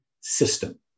system